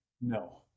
No